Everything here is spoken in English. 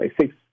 Six